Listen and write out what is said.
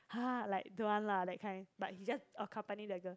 !huh! like don't want lah that kind but he just accompany the girl